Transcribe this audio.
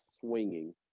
swinging